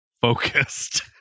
focused